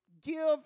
give